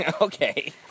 Okay